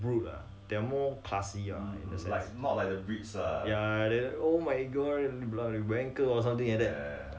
broke ah they are more classy ah ya ya oh my god not like america or something like that